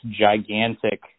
gigantic